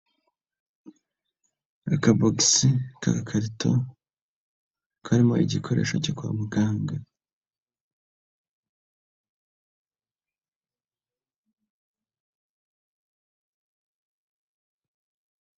Akabogisi k'agakarito karimo igikoresho cyo kwa muganga.